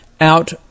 out